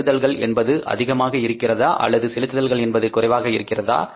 பெறுதல்கள் என்பது அதிகமாக இருக்கிறதா அல்லது செலுத்துதல்கள் என்பது குறைவாக இருக்கிறதா